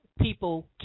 people